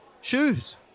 shoes